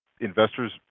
investors